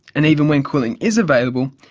and even when cooling is available,